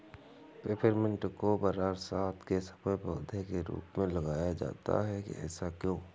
Peppermint को बरसात के समय पौधे के रूप में लगाया जाता है ऐसा क्यो?